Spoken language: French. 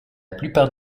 plupart